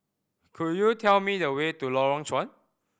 could you tell me the way to Lorong Chuan